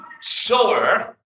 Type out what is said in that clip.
sower